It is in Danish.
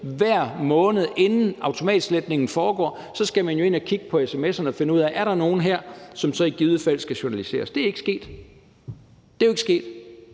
hver måned, inden automatsletningen foregår, ind og kigge på sms'erne og finde ud af: Er der nogle her, som så i givet fald skal journaliseres? Det er ikke sket – det er jo ikke sket